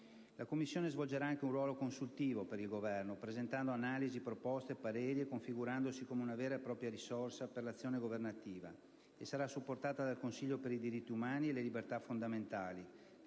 La Commissione svolgerà anche un ruolo consultivo per il Governo presentando analisi, proposte, pareri e configurandosi come una vera e propria risorsa per l'azione governativa e sarà supportata dal Consiglio per i diritti umani e le libertà fondamentali,